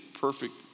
perfect